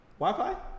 Wi-Fi